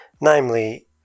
namely